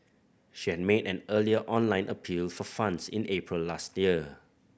she had made an earlier online appeal for funds in April last year